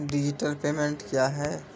Digital payment क्या हैं?